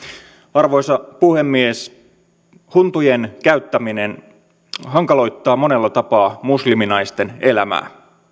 arvoisa puhemies huntujen käyttäminen hankaloittaa monella tapaa musliminaisten elämää